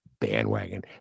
bandwagon